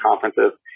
conferences—